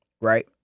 right